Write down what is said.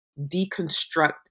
deconstruct